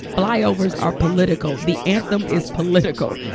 flyovers are political. the anthem is political.